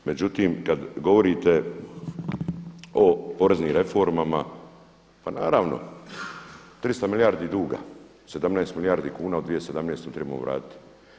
Međutim kad govorite o poreznim reformama, pa naravno 300 milijardi duga, 17 milijardi kuna u 2017. trebamo vratiti.